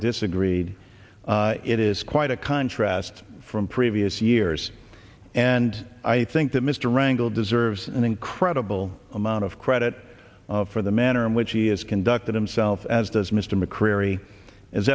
disagreed it is quite a contrast from previous years and i think that mr rangle deserves an incredible amount of credit for the manner in which he has conducted himself as does mr mccrary is